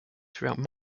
throughout